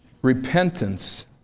repentance